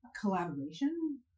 collaboration